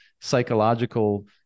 psychological